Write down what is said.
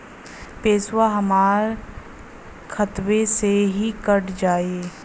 पेसावा हमरा खतवे से ही कट जाई?